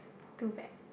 too bad